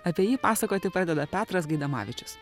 apie jį pasakoti padeda petras gaidamavičius